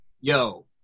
yo